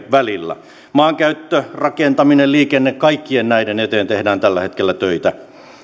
välillä maankäyttö rakentaminen liikenne kaikkien näiden eteen tehdään tällä hetkellä töitä